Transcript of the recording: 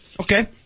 Okay